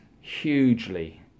hugely